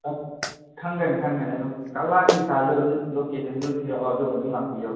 ꯑꯥ ꯈꯪꯒꯅꯤ ꯈꯪꯒꯅꯤ ꯑꯗꯨꯝ ꯀꯛꯋꯥꯒꯤ ꯕꯤꯁꯥꯜꯗ ꯑꯗꯨꯝ ꯂꯣꯀꯦꯁꯟꯗꯨ ꯊꯤꯔꯛꯑꯣ ꯑꯗꯨꯒ ꯑꯗꯨꯝ ꯂꯥꯛꯄꯤꯌꯣ